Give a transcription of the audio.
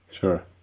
Sure